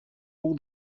all